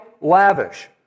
lavish